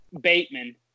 Bateman